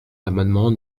l’amendement